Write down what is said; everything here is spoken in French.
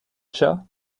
chah